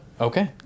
Okay